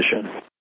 position